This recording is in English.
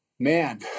Man